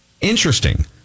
Interesting